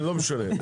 לא משנה.